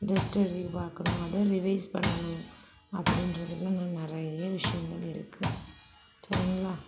test எழுதி பார்க்கணும் அதை ரிவைஸ் பண்ணணும் அப்படின்றதுல நிறையா விஷயங்கள் இருக்கு சரிங்களா